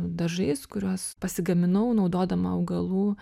dažais kuriuos pasigaminau naudodama augalų